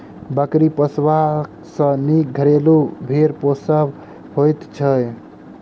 बकरी पोसबा सॅ नीक घरेलू भेंड़ पोसब होइत छै